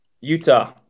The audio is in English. Utah